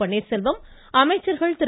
பன்னீர்செல்வம் அமைச்சர்கள் திரு